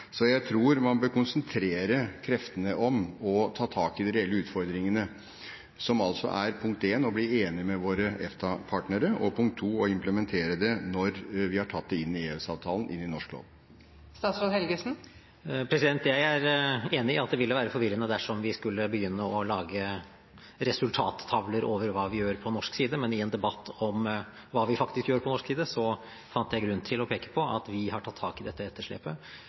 Jeg tror man bør konsentrere kreftene om å ta tak i de reelle utfordringene, som for det første er å bli enig med våre EFTA-partnere og for det andre å implementere det når vi har tatt det inn i EØS-avtalen, inn i norsk lov. Jeg er enig i at det ville være forvirrende dersom vi skulle begynne å lage resultattavler over hva vi gjør på norsk side, men i en debatt om hva vi faktisk gjør på norsk side, fant jeg grunn til å peke på at vi har tatt tak i dette etterslepet